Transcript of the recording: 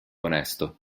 onesto